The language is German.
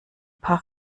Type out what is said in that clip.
paar